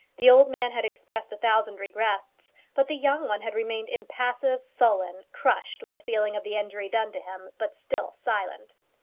the old man had expressed a thousand regrets, but the young one had remained impassive, sullen, crushed with a feeling of the injury done to him, but still silent.